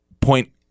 Point